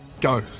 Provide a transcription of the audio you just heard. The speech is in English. go